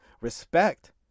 respect